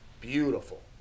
beautiful